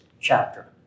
chapter